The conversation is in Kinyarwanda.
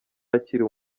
akiri